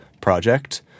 project